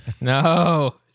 No